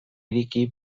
ireki